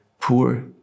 poor